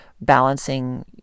balancing